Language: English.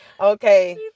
okay